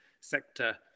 sector